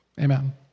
Amen